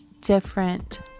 different